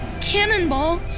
Cannonball